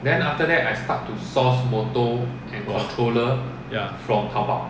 !wah! ya